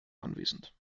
anwesend